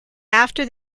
after